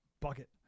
bucket